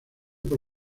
por